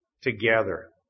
together